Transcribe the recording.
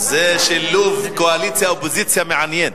זה שילוב קואליציה אופוזיציה מעניין.